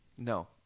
No